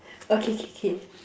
okay K K